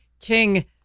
king